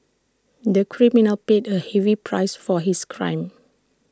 the criminal paid A heavy price for his crime